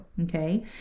okay